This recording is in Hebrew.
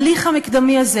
ההליך המקדמי הזה